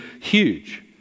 huge